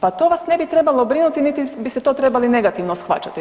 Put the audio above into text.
Pa to vas ne bi trebalo brinuti niti biste to trebali negativno shvaćati.